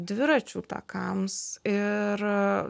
dviračių takams ir